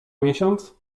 miesiąc